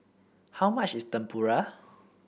how much is Tempura